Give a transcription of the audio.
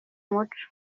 muco